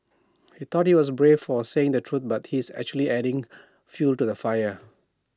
he thought he's brave for saying the truth but he's actually adding fuel to the fire